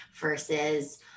versus